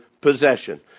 possession